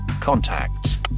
contacts